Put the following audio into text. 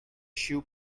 shoe